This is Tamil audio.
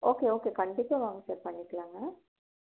ஓகே ஓகே கண்டிப்பாக வாங்க சார் பண்ணிக்கலாங்க